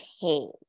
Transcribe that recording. pain